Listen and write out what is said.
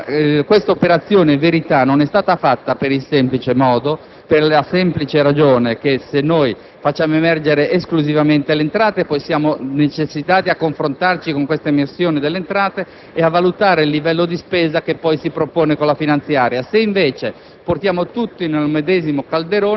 di dire più avanti. Questa operazione-verità non è stata fatta per la semplice ragione che se noi facciamo emergere esclusivamente le entrate, poi siamo necessitati a confrontarci con tale emersione e a valutare il livello di spesa che poi si propone con la finanziaria; se invece